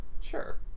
Sure